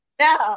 No